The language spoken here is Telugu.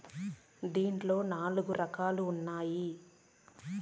దీంట్లో నాలుగు రకాలుగా ఉన్నాయి